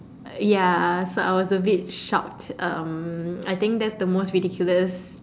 ya so I was a bit shocked um I think that's the most ridiculous